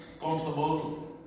comfortable